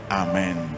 amen